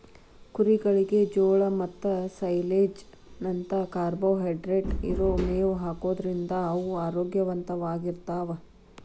ಕುರಿಗಳಿಗೆ ಜೋಳ ಮತ್ತ ಸೈಲೇಜ್ ನಂತ ಕಾರ್ಬೋಹೈಡ್ರೇಟ್ ಇರೋ ಮೇವ್ ಹಾಕೋದ್ರಿಂದ ಅವು ಆರೋಗ್ಯವಂತವಾಗಿರ್ತಾವ